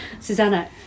Susanna